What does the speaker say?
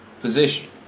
position